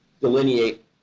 delineate